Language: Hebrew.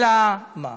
אלא מה?